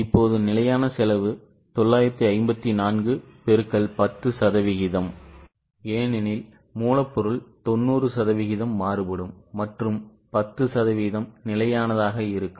இப்போது நிலையான செலவு 954 X 10 சதவீதம் ஏனெனில் மூலப்பொருள் 90 சதவீதம் மாறுபடும் மற்றும் 10 சதவீதம் நிலையானதாக இருக்கும்